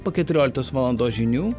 po keturioliktos valandos žinių